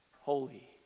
holy